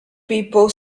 people